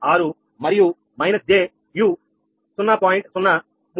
98396 మరియు j you 0